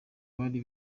bari